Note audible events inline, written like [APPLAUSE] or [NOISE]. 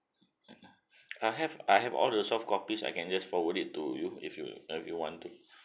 mm mm [NOISE] I have I have all the soft copies I can just forward it to you if you if you want to